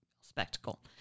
spectacle